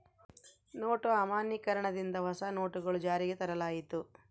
note ಅಮಾನ್ಯೀಕರಣ ದಿಂದ ಹೊಸ ನೋಟುಗಳು ಜಾರಿಗೆ ತರಲಾಯಿತು